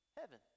heaven